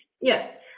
Yes